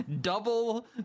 double